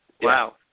Wow